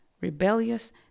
Rebellious